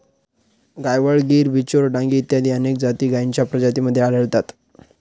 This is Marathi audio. गायवळ, गीर, बिचौर, डांगी इत्यादी अनेक जाती गायींच्या प्रजातींमध्ये आढळतात